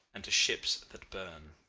and to ships that burn.